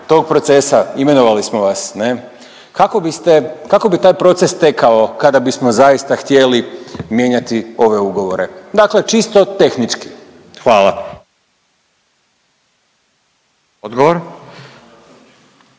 tog procesa, imenovali smo vas, ne? Kako biste, kako bi taj proces tekao kada bismo zaista htjeli mijenjati ove govore? Dakle čisto tehnički. Hvala. **Radin,